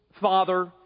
father